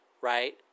Right